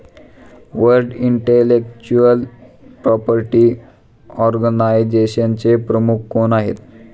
World intellectual property ऑर्गनायझेशनचे प्रमुख कोण आहेत?